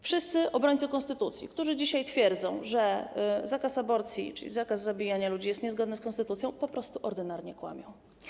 Wszyscy obrońcy konstytucji, którzy dzisiaj twierdzą, że zakaz aborcji, czyli zakaz zabijania ludzi, jest niezgodny z konstytucją, po prostu ordynarnie kłamią.